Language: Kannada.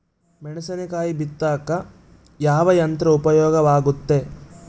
ಮೆಣಸಿನಕಾಯಿ ಬಿತ್ತಾಕ ಯಾವ ಯಂತ್ರ ಉಪಯೋಗವಾಗುತ್ತೆ?